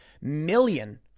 million